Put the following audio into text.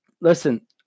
listen